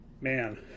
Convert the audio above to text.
Man